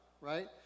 Right